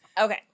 Okay